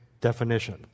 definition